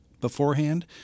beforehand